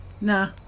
Nah